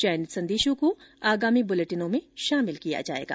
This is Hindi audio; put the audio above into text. चयनित संदेशों को आगामी बुलेटिनों में शामिल किया जाएगा